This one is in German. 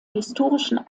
historischen